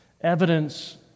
evidence